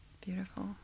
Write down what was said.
Beautiful